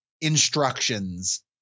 instructions